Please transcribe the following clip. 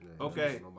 Okay